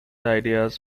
ideas